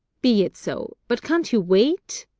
be it so but can't you wait?